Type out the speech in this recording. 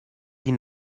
die